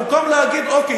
במקום להגיד: אוקיי,